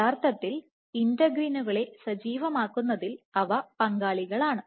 യഥാർത്ഥത്തിൽ ഇന്റഗ്രിനുകളെ സജീവമാക്കുന്നതിൽ അവ പങ്കാളികളാണ്